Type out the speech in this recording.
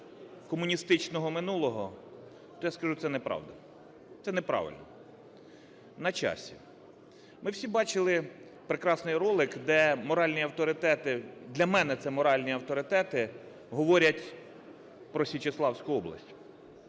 комуністичного минулого", - то я скажу, це неправда. Це неправильно. На часі. Ми всі бачили прекрасний ролик, де моральні авторитети, для мене це моральні авторитети, говорять про Січеславську область.